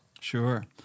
Sure